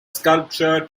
sculpture